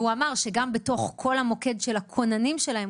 הוא אמר שגם בתוך כל המוקד של הכוננים שלהם,